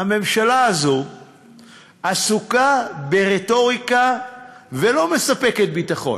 הממשלה הזו עסוקה ברטוריקה ולא מספקת ביטחון.